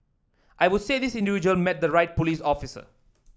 I would say this individual met the right police officer